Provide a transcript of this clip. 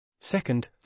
Second